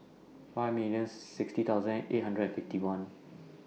five millions sixty thousand eight hundred and fifty one